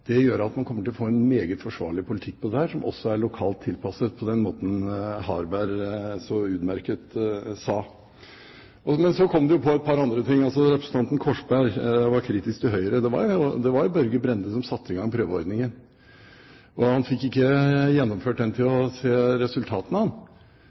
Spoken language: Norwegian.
gjør at man kommer til å få en meget forsvarlig politikk på dette, som også er lokalt tilpasset, på den måten Harberg så utmerket sa. Så kom det til et par andre ting. Representanten Korsberg var kritisk til Høyre. Det var Børge Brende som satte i gang prøveordningen. Han fikk ikke gjennomført den, slik at han fikk se resultatene av den. Men det er åpenbart at det er første steg i forhold til